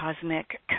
cosmic